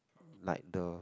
like the